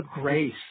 grace